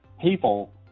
people